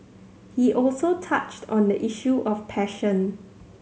he also touched on the issue of passion